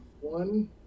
one